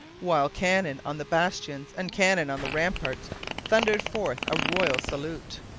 while cannon on the bastions and cannon on the ramparts thundered forth a royal salute.